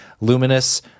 Luminous